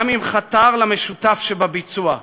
גם אם חתר למשותף שבביצוע.